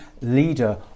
leader